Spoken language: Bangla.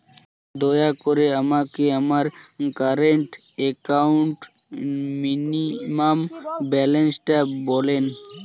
দয়া করে আমাকে আমার কারেন্ট অ্যাকাউন্ট মিনিমাম ব্যালান্সটা বলেন